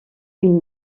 une